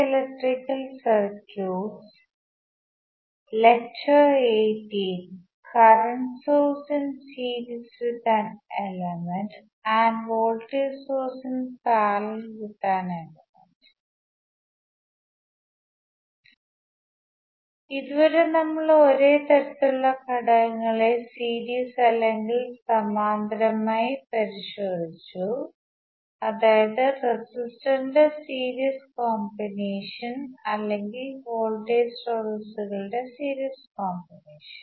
ഇതുവരെ നമ്മൾ ഒരേ തരത്തിലുള്ള ഘടകങ്ങളെ സീരീസ് അല്ലെങ്കിൽ സമാന്തരമായി പരിശോധിച്ചു അതായത് റെസിസ്റ്ററിന്റെ സീരീസ് കോമ്പിനേഷൻ അല്ലെങ്കിൽ വോൾട്ടേജ് സ്രോതസ്സുകളുടെ സീരീസ് കോമ്പിനേഷൻ